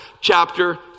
chapter